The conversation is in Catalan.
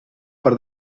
per